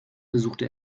besuchte